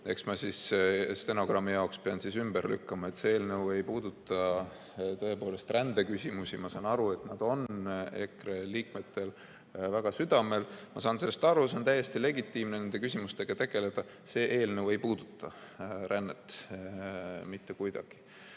eks ma stenogrammi huvides pean siis üht-teist ümber lükkama. See eelnõu ei puuduta tõepoolest rändeküsimusi. Ma saan aru, et see on EKRE liikmetel väga südamel. Ma saan sellest aru ja on täiesti legitiimne nende küsimustega tegeleda. See eelnõu ei puuduta rännet mitte kuidagi.